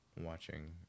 watching